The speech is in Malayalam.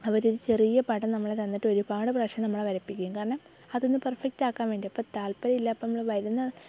അവർ ചെറിയ പടം നമ്മൾ തന്നിട്ട് ഒരുപാട് പ്രാവശ്യം നമ്മളെ വരപ്പിക്കും കാരണം അതൊന്ന് പേർഫക്റ്റാക്കാൻ വേണ്ടി അപ്പോൾ താല്പര്യം ഇല്ല ഇപ്പോൾ നമ്മൾ വരുന്ന